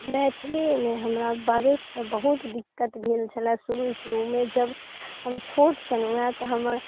मैथिली मे हमरा बजैत तऽ बहुत दिक्कत भेल छलै शुरू शुरूमे जब हम छोट छलहुँ हँ तऽ हमर